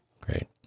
great